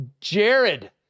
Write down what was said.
Jared